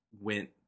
went